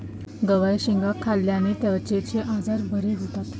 गवारच्या शेंगा खाल्ल्याने त्वचेचे आजार बरे होतात